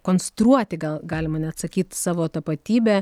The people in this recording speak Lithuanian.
konstruoti gal galima net sakyti savo tapatybę